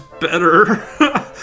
better